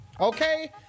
okay